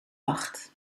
macht